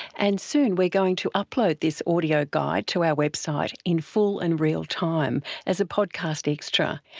and soon we're going to upload this audio guide to our website in full and real time as a podcast extra,